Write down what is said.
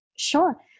sure